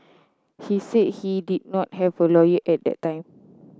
he said he did not have a lawyer at the time